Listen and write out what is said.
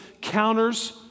counters